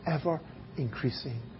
ever-increasing